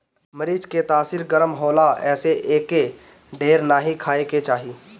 मरीच के तासीर गरम होला एसे एके ढेर नाइ खाए के चाही